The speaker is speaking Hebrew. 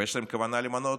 יש להם כוונה למנות,